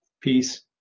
peace